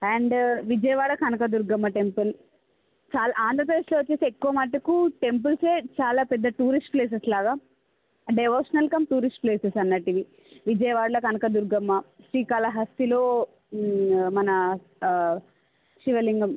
and Vijayawada Kanakadurgamma temple చాలా ఆంధ్రప్రదేశ్లో వచ్చి చాలా ఎక్కువ మటుకు టెంపుల్సే చాలా పెద్ద టూరిస్ట్ ప్లేసెస్ లాగా డివోషనల్ కమ్ టూరిస్ట్ ప్లేసెస్ అన్నట్టు ఇవి విజయవాడలో కనకదుర్గమ్మ శ్రీకాళహస్తిలో మన శివలింగం